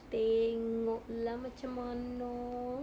tengok lah macam mana